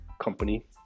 company